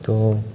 તો